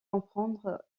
comprendre